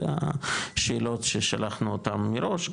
זה השאלות ששלחנו אותם מראש,